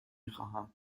خواهم